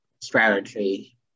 strategy